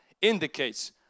indicates